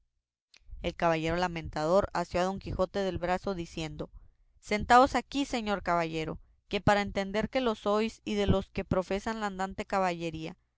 el caballero lamentador asió a don quijote del brazo diciendo sentaos aquí señor caballero que para entender que lo sois y de los que profesan la andante caballería